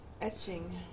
Etching